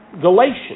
Galatians